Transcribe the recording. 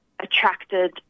attracted